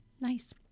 Nice